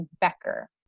Becker